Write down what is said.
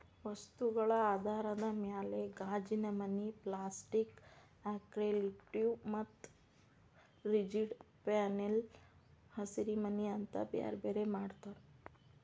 ವಸ್ತುಗಳ ಆಧಾರದ ಮ್ಯಾಲೆ ಗಾಜಿನಮನಿ, ಪ್ಲಾಸ್ಟಿಕ್ ಆಕ್ರಲಿಕ್ಶೇಟ್ ಮತ್ತ ರಿಜಿಡ್ ಪ್ಯಾನೆಲ್ ಹಸಿರಿಮನಿ ಅಂತ ಬ್ಯಾರ್ಬ್ಯಾರೇ ಮಾಡ್ತಾರ